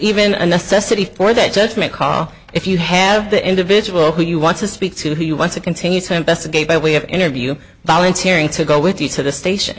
even a necessity for that judgment call if you have the individual who you want to speak to who you want to continue to investigate by way of interview volunteering to go with you to the station